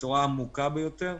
בצורה עמוקה ביותר,